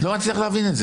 אני לא מצליח להבין את זה.